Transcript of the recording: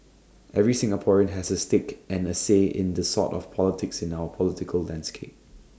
every Singaporean has A stake and A say in the sort of politics in our political landscape